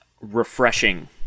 Refreshing